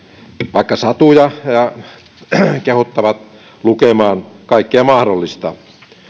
vaikka satuja ja kehottavat lukemaan kaikkea mahdollista